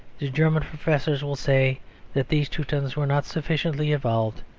the german professors will say that these teutons were not sufficiently evolved.